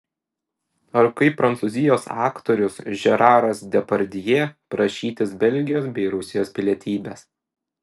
ar kaip prancūzijos aktorius žeraras depardjė prašytis belgijos bei rusijos pilietybės